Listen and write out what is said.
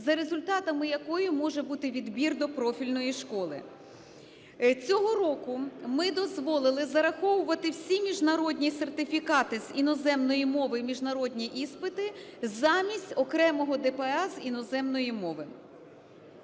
за результатами якої може бути відбір до профільної школи. Цього року ми дозволили зараховувати всі міжнародні сертифікати з іноземної мови і міжнародні іспити замість окремого ДПА з іноземної мови.